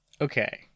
Okay